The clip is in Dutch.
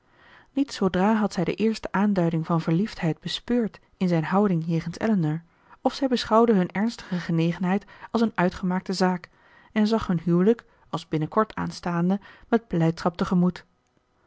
niet zoodra had zij de eerste aanduiding van verliefdheid bespeurd in zijn houding jegens elinor of zij beschouwde hun ernstige genegenheid als een uitgemaakte zaak en zag hun huwelijk als binnenkort aanstaande met blijdschap tegemoet